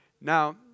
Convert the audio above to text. Now